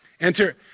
Enter